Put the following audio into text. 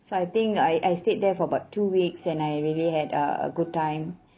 so I think I I stayed there for about two weeks and I really had a a good time